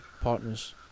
partners